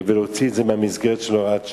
ולהוציא את זה מהמסגרת של הוראת שעה.